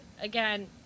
again